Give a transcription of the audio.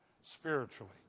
spiritually